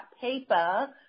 paper